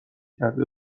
کرده